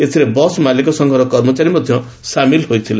ଏଥିରେ ବସ୍ ମାଲିକ ସଂଘର କର୍ମଚାରୀ ମଧ୍ଧ ସାମିଲ ହୋଇଥିଲେ